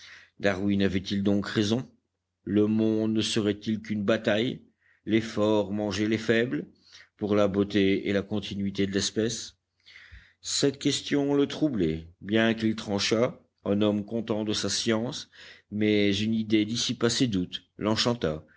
darwin avait-il donc raison le monde ne serait-il qu'une bataille les forts mangeant les faibles pour la beauté et la continuité de l'espèce cette question le troublait bien qu'il tranchât en homme content de sa science mais une idée dissipa ses doutes l'enchanta